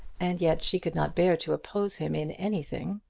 and yet she could not bear to oppose him in anything.